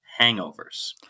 hangovers